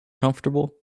comfortable